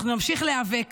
אנחנו נמשיך להיאבק